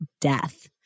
death